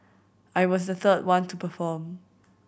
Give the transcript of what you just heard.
I was the third one to perform